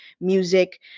music